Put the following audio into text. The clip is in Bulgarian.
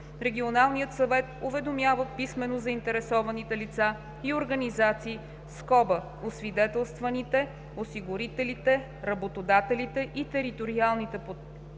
регионалният съвет уведомява писмено заинтересованите лица и организации (освидетелстваните, осигурителите, работодателите и териториалните поделения